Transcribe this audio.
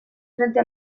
frente